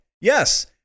yes